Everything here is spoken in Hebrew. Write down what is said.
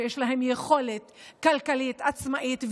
שיש להם יכולת כלכלית עצמאית,